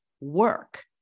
work